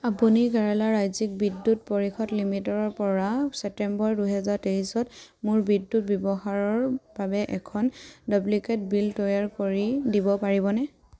আপুনি কেৰালা ৰাজ্যিক বিদ্যুৎ পৰিষদ লিমিটেডৰপৰা ছেপ্টেম্বৰ দুহেজাৰ তেইছত মোৰ বিদ্যুৎ ব্যৱহাৰৰ বাবে এখন ডুপ্লিকেট বিল তৈয়াৰ কৰি দিব পাৰিবনে